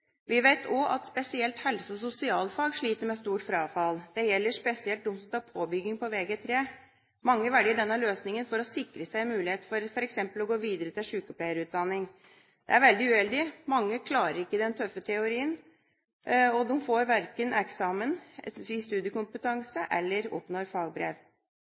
Vi vet også at spesielt helse- og sosialfag sliter med stort frafall. Det gjelder spesielt de som tar påbygging på Vg3. Mange velger denne løsningen for å sikre seg muligheten til f.eks. å gå videre til sykepleierutdanning. Det er veldig uheldig. Mange klarer ikke den tøffe teorien, og de får verken eksamen i studiekompetanse eller oppnår fagbrev.